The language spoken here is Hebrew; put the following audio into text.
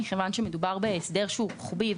מכיוון שמדובר בהסדר רוחבי,